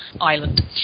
island